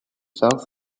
south